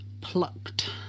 plucked